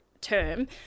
term